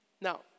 Now